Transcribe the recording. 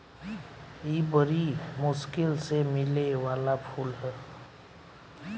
इ बरी मुश्किल से मिले वाला फूल ह